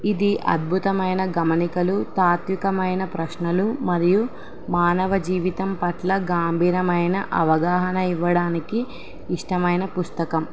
ఇది అద్భుతమైన గమనికలు తాత్వికమైన ప్రశ్నలు మరియు మానవ జీవితం పట్ల గాంభీరమైన అవగాహన ఇవ్వడానికి ఇష్టమైన పుస్తకం